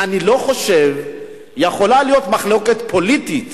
אני לא חושב שיכולה להיות מחלוקת פוליטית